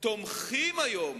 תומכים היום